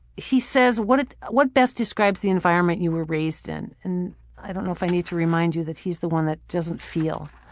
he says, what what best describes the environment you were raised in? i don't know if i need to remind you that he's the one that doesn't feel.